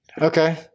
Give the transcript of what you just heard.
okay